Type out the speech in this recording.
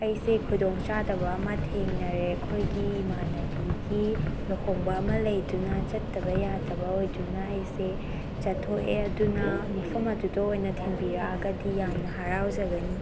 ꯑꯩꯁꯦ ꯈꯨꯗꯣꯡ ꯆꯥꯗꯕ ꯑꯃ ꯊꯦꯡꯅꯔꯦ ꯑꯩꯈꯣꯏꯒꯤ ꯏꯃꯥꯟꯅꯕꯤꯒꯤ ꯂꯨꯍꯣꯡꯕ ꯑꯃ ꯂꯩꯗꯨꯅ ꯆꯠꯇꯕ ꯌꯥꯗꯕ ꯑꯣꯏꯗꯨꯅ ꯑꯩꯁꯦ ꯆꯠꯊꯣꯛꯑꯦ ꯑꯗꯨꯅ ꯃꯐꯝ ꯑꯗꯨꯗ ꯑꯣꯏꯅ ꯊꯤꯟꯕꯤꯔꯛꯑꯒꯗꯤ ꯌꯥꯝꯅ ꯍꯔꯥꯎꯖꯒꯅꯤ